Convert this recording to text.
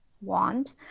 Wand